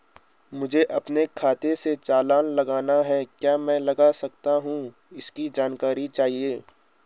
मुझे अपने खाते से चालान लगाना है क्या मैं लगा सकता हूँ इसकी जानकारी चाहिए?